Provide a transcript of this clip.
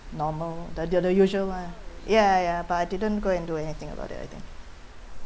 normal the the the usual one lah ya ya but I didn't go and do anything about it I think